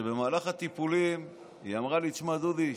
במהלך הטיפולים היא אמרה לי: תשמע דודי,